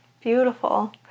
beautiful